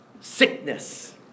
sickness